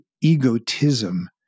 egotism